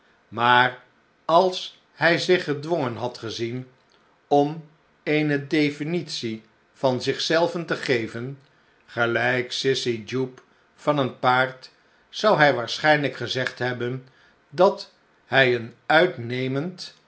maar als hij zich gedwongen had gezien om eene definitie van zich zelven te geven gelijk sissy jupe van een paard zou hij waarschijnlijk gezegd hebben dat hij een uitnemend